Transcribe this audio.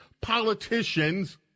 politicians